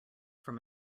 from